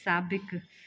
साबिक़ु